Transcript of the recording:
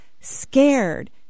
scared